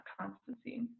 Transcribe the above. constancy